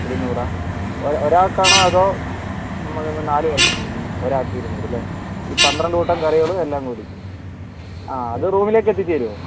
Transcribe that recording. ഇരുന്നൂറാണോ ഒരാൾക്കാണോ അതോ നമ്മൾ നാല് പേർക്കാണോ ഒരാൾക്ക് ഇരുന്നൂറ് അല്ലേ ഈ പന്ത്രണ്ട് കൂട്ടം കറികളും എല്ലാം കൂടി ആഹ് അത് റൂമിലേക്ക് എത്തിച്ച് തരുമോ